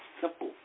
simple